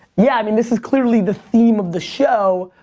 yeah, i mean this is clearly the theme of the show.